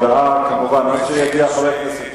אדוני, אחרי זה הצבעה?